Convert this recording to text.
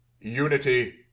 unity